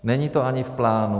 Není to ani v plánu.